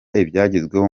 ibyagezweho